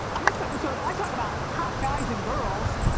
on this episode i talk about hot guys and girls,